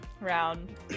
round